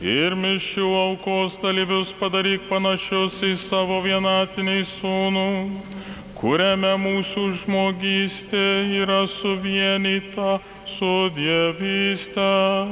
ir mišių aukos dalyvius padaryk panašius į savo vienatinį sūnų kuriame mūsų žmogystė yra suvienyta su dievyste